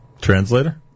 Translator